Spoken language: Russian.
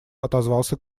отозвался